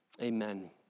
Amen